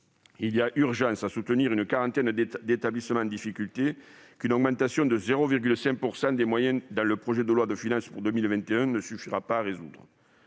Il y a urgence à soutenir une quarantaine d'établissements en difficulté, qu'une augmentation de 0,5 % des moyens dans le projet de loi de finances pour 2021 ne suffira pas à sortir